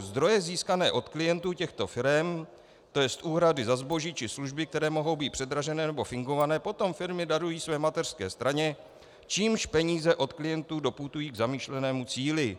Zdroje získané od klientů těchto firem, tj. úhrady za zboží či služby, které mohou být předražené nebo fingované, potom firmy darují své mateřské straně, čímž peníze od klientů doputují k zamýšlenému cíli.